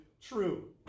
true